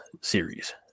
series